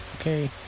Okay